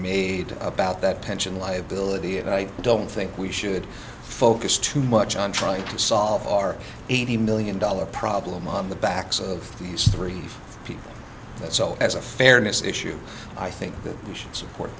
made about that pension liability and i don't think we should focus too much on trying to solve our eighty million dollar problem on the backs of these three people so as a fairness issue i think that we should support